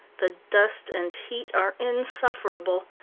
the dust and heat are insufferable.